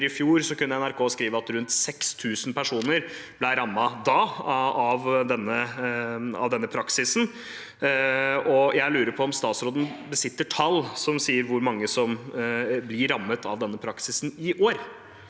i fjor kunne NRK skrive at rundt 6 000 personer ble rammet av denne praksisen. Jeg lurer på om statsråden besitter tall som sier hvor mange som blir rammet av denne praksisen i år.